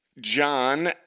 John